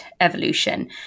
evolution